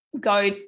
go